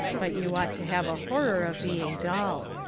but you ought to have a horror of being dull.